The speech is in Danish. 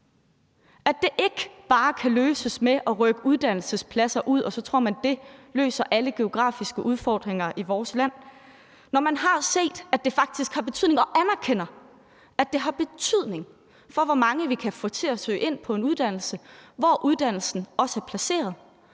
at det ikke bare kan løses ved at rykke uddannelsespladser ud, og at det ikke – som man troede – løser alle geografiske udfordringer i vores land; når man har set, at det faktisk også har betydning, hvor uddannelsen er placeret, og man anerkender, at det har betydning for, hvor mange vi kan få til at søge ind på en uddannelse, hvorfor er det